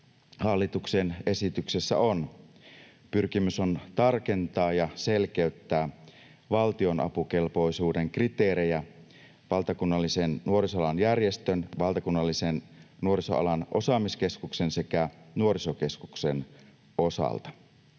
hallituksen esityksessä on. Pyrkimys on tarkentaa ja selkeyttää valtionapukelpoisuuden kriteerejä valtakunnallisten nuorisoalan järjestöjen, valtakunnallisten nuorisoalan osaamiskeskusten sekä nuorisokeskusten osalta.